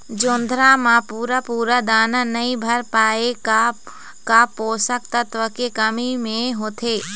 जोंधरा म पूरा पूरा दाना नई भर पाए का का पोषक तत्व के कमी मे होथे?